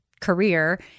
career